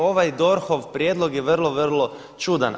Ovaj DORH-ov prijedlog je vrlo, vrlo čudan.